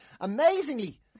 Amazingly